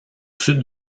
sud